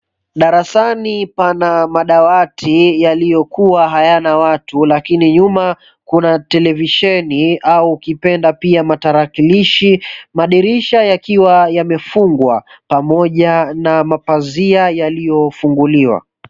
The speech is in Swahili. Darasani pana madawati yaliyokuwa hayana watu lakini nyuma kuna televisheni au ukipenda pia matarakilishi, madirisha yakiwa yamefungwa pamoja na mapazia yaliyofunguliwa.